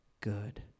good